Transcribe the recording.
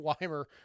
Weimer